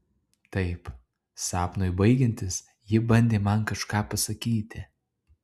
taip sapnui baigiantis ji bandė man kažką pasakyti